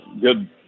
good